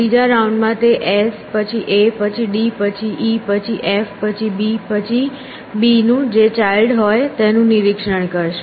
ત્રીજા રાઉન્ડમાં તે s પછી a પછી d પછી e પછી f પછી b અને પછી b નું જે ચાઈલ્ડ હોય તેનું નિરીક્ષણ કરશે